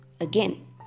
again